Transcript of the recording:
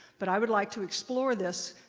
but i would like to explore this.